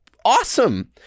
awesome